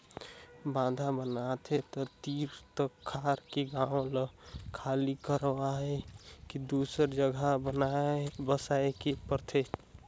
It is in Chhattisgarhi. बांधा बनाथे त तीर तखार के गांव ल खाली करवाये के दूसर जघा बसाए के परथे